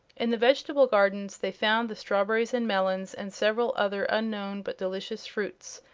in the vegetable gardens they found the strawberries and melons, and several other unknown but delicious fruits,